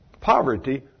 poverty